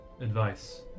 advice